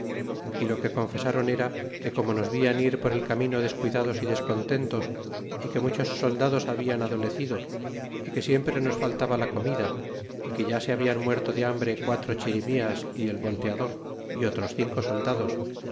y lo que confesron era que como nos vian ir por el camino descuidados y descontentos y que muchos soldados hablan adolecido y que siempre nos faltaba la comida y que ya se hablan muerto de hambre quatro chirimías y el volteador y otros cinco soldados